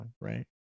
Right